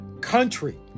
country